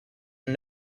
and